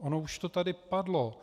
Ono už to tady padlo.